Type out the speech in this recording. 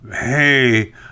hey